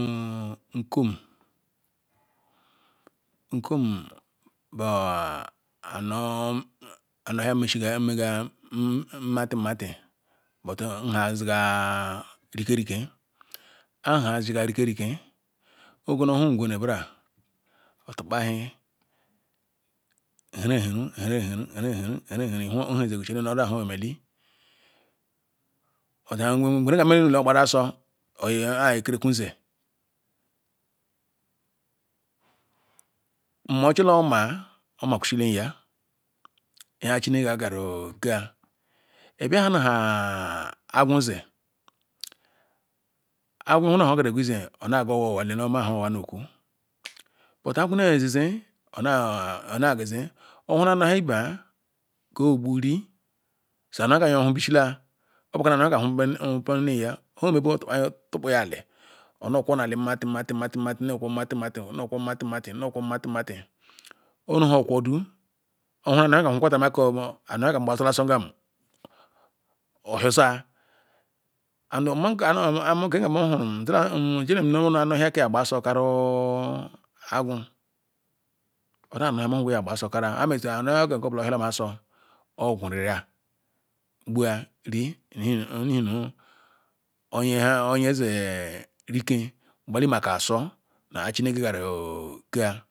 nkum nkom boh anoh anoh ohia moshi nmeshiga nmati mati but nbeziga ikerike aba ishiga ikerike ogene ohu ngwere ngara otu kpa eyi here ehere herereheue iche nu oza bujo emeli ngwere kam nme nuru ogbara asor or ah ikereku zi nmo chila omu-sh omakwishiem yah nha chineke nganu keh ibiahana agwuzi agwu nhu hoh gora izeh omah aga owah owah le omah nhe owah ne ku but agruu neh zeh zeh ma mah gaze owuna anoh ibeh-a keh ogoh gburi nkeyeka ogbushira obukala nhe ojor meh bu otu kpuya-ali onoh ku na-ali nmati mati noh okwo na-ali nmati-mati nmati-mati noh koro nmati-mati owere odoh kwedu owu nanya ohukwala and hekan gbuila sogam orhiosia and nmaka nhekam mohuru nchelem nu anuh kam nu gba asor carry agwu oda nhemeji gba asor kari-a obu nha kem kenu kobula oyor gwuriri-a gbu-a ri nihinu oye-a oyezi rikeh Imaka asor ah a chineke ngaru keh.